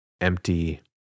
empty